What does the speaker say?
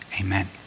Amen